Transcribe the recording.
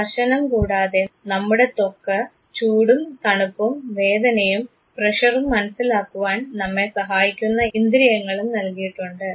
സ്പർശനം കൂടാതെ നമ്മുടെ ത്വക്ക് ചൂടും തണുപ്പും വേദനയും പ്രഷറും മനസ്സിലാക്കുവാൻ നമ്മെ സഹായിക്കുന്ന ഇന്ദ്രിയങ്ങളും നൽകിയിട്ടുണ്ട്